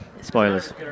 spoilers